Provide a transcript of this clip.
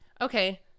okay